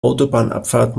autobahnabfahrt